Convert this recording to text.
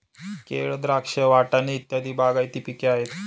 केळ, द्राक्ष, वाटाणे इत्यादी बागायती पिके आहेत